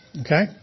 Okay